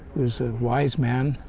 was a wise man.